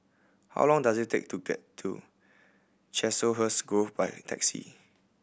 how long does it take to get to Chiselhurst Grove by taxi